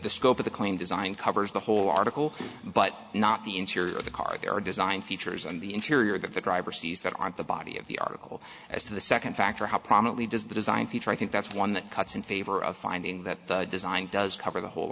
of the clean design covers the whole article but not the interior of the car there are design features on the interior that the driver sees that aren't the body of the article as to the second factor how prominently does the design feature i think that's one that cuts in favor of finding that the design does cover the whole